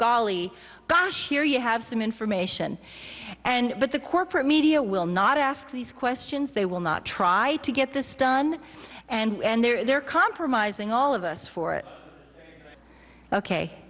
golly gosh here you have some information and but the corporate media will not ask these questions they will not try to get this done and they're compromising all of us for it ok